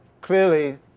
clearly